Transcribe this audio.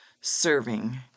serving